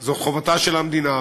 זו חובתה של המדינה,